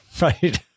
Right